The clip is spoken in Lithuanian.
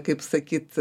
kaip sakyt